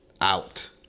Out